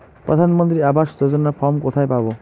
প্রধান মন্ত্রী আবাস যোজনার ফর্ম কোথায় পাব?